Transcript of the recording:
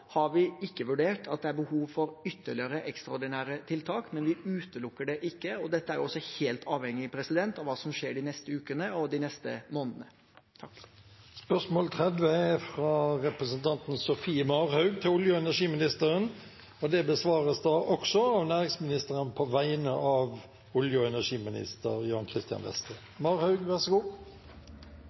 har vi ikke vurdert at det er behov for ytterligere ekstraordinære tiltak, men vi utelukker det ikke. Dette er også helt avhengig av hva som skjer de neste ukene og de neste månedene. Dette spørsmålet, fra representanten Sofie Marhaug til olje- og energiministeren, vil også bli besvart av næringsministeren på vegne av olje- og energiministeren, som er bortreist. Jeg registrerer at i likhet med den forrige olje- og energiministeren er ikke den nye olje- og energiministeren så